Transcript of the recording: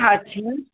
हा जी